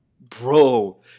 bro